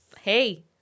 Hey